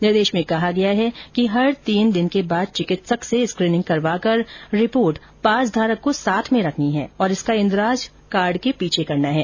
आदेश में कहा गया है कि हर तीन दिन के बाद चिकित्सक से स्कीनिंग करवाकर रिपोर्ट पासधारक को साथ में रखनी है और इसका इंद्राज कार्ड को पीछे करना है